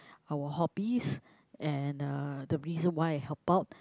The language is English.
our hobbies and uh the reason why I help out